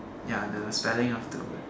ya the spelling of the word